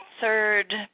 third